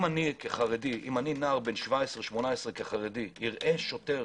אם אני כחרדי, נער בן 17, 18, חרדי, אראה שוטר